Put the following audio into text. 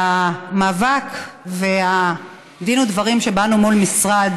אבל המאבק והדין ודברים שבאנו אליהם מול משרד